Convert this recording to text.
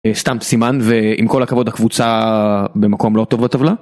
סתם סימן, ועם כל הכבוד הקבוצה במקום לא טוב לטבלה.